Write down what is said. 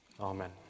amen